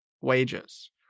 wages